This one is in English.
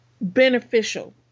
beneficial